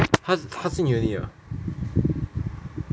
他他进 uni liao